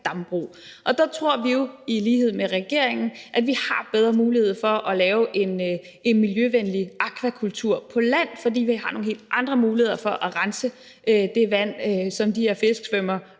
dambrug? Der tror vi jo i lighed med regeringen, at vi har bedre muligheder for at lave en miljøvenlig akvakultur på land, fordi vi har nogle helt andre muligheder for at rense det vand, som de her fisk svømmer